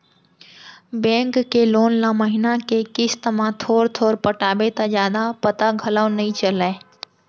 bank के loan ल महिना के किस्त म थोर थोर पटाबे त जादा पता घलौ नइ चलय